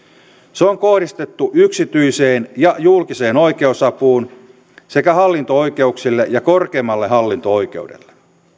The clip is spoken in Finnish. se on kohdistettu yksityiseen ja julkiseen oikeusapuun sekä hallinto oikeuksille ja korkeimmalle hallinto oikeudelle